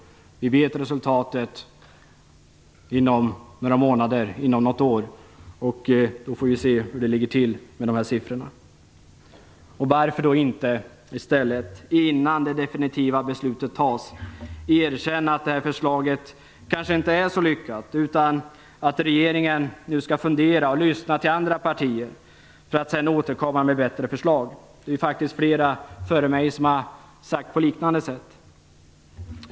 Vi har resultatet inom några månader eller inom något år, och då får vi se hur det ligger till med de här siffrorna. Varför då inte i stället, innan det definitiva beslutet fattas, erkänna att förslaget kanske inte är så lyckat utan säga att regeringen nu skall fundera och lyssna till andra partier, för att sedan återkomma med ett bättre förslag? Det är ju faktiskt flera talare före mig som har kommit med liknande uppmaningar.